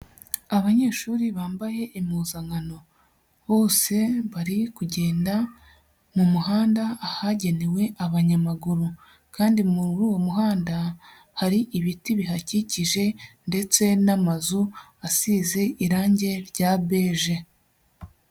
Abanyeshuri bambaye impuzankano, bose bari kugenda mu muhanda ahagenewe abanyamaguru kandi muri uwo muhanda hari ibiti bihakikije ndetse n'amazu asize irangi rya beje.